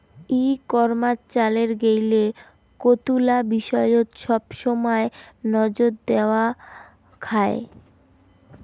ই commerce চালের গেইলে কতুলা বিষয়ত সবসমাই নজর দ্যাওয়া খায়